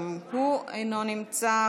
גם הוא אינו נמצא,